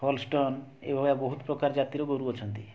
ହଲଷ୍ଟନ୍ ଏଇ ଭଳିଆ ବହୁତ ପ୍ରକାର ଜାତିର ଗୋରୁ ଅଛନ୍ତି